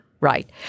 Right